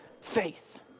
faith